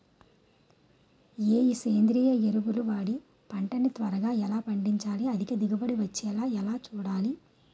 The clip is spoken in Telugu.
ఏ సేంద్రీయ ఎరువు వాడి పంట ని త్వరగా ఎలా పండించాలి? అధిక దిగుబడి వచ్చేలా ఎలా చూడాలి?